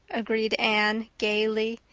agreed anne gaily.